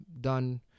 done